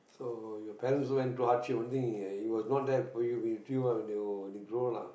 oh your parents also went through hardship one thing he he was not there for you in t~ when you grow old lah